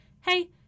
hey